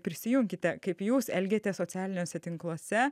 prisijunkite kaip jūs elgiatės socialiniuose tinkluose